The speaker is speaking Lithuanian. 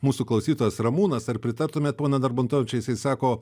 mūsų klausytojas ramūnas ar pritartumėt pone darbuntoviče jisai sako